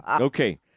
Okay